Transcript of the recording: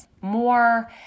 More